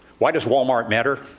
why does wal-mart matter?